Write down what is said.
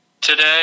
today